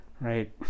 right